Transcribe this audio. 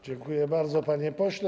Dziękuję bardzo, panie pośle.